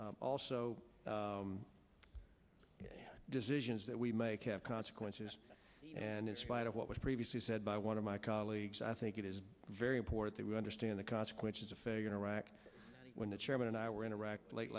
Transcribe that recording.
also decisions that we make have consequences and in spite of what was previously said by one of my colleagues i think it is very important that we understand the consequences of failure in iraq when the chairman and i were in iraq late